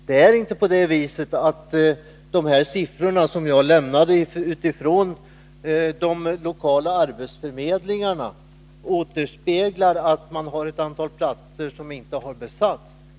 Det är inte på det viset, Olof Johansson, att de siffror som jag lämnade från de lokala arbetsförmedlingarna återspeglar att man har ett antal platser som inte har besatts.